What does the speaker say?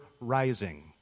rising